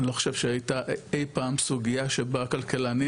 אני לא חושב שהייתה אי פעם סוגיה שבה כלכלנים